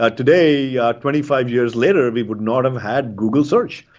ah today yeah twenty five years later we would not have had google search.